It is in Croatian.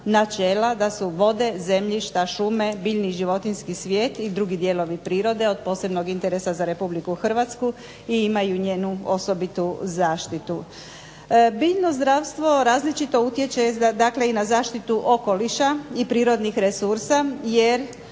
načela da su vode, zemljišta, šume biljni i životinjski svijet, i drugi dijelovi prirode, od posebnog interesa za Republiku Hrvatsku, i imaju njenu osobitu zaštitu. Biljno zdravstvo različito utječe dakle i na zaštitu okoliša, i prirodnih resursa, jer